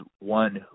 one